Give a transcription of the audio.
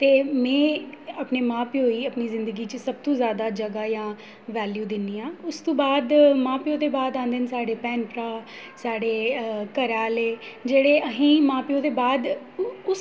ते में अपने मां प्यो ई अपनी जिंदगी च सब तों जैदा जगह् या वैल्यू दिन्नी आं उस तों बाद मां प्यो दे बाद औंदे न साढ़े भैन भ्राऽ साढ़े घरै आह्ले जेह्ड़े असें ई मां प्यो दे बाद उस